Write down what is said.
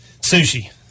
Sushi